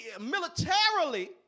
militarily